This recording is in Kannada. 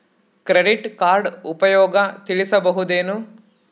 ಕ್ರೆಡಿಟ್ ಕಾರ್ಡ್ ಉಪಯೋಗ ತಿಳಸಬಹುದೇನು?